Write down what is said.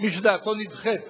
מי שדעתו נדחית